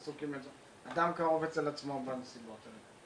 אדם קרוב אצל עצמו בנסיבות האלה.